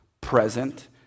Present